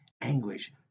anguish